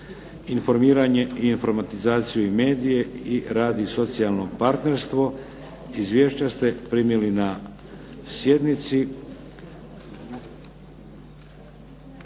informiranje i informatizaciju i medije i rad i socijalno partnerstvo. Izvješća ste primili na sjednici.